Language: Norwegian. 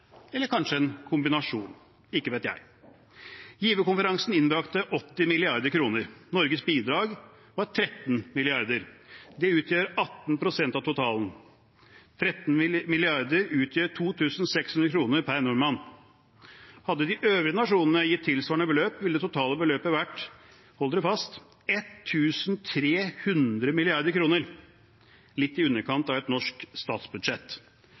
Eller kanskje en kombinasjon? Ikke vet jeg. Giverkonferansen innbrakte 80 mrd. kr. Norges bidrag var 13 mrd. kr. Det utgjør 18 pst. av totalen. 13 mrd. kr utgjør 2 600 kr per nordmann. Hadde de øvrige nasjonene gitt tilsvarende beløp, ville det totale beløpet vært – hold dere fast – 1 300 mrd. kr, litt i underkant av et norsk statsbudsjett.